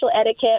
etiquette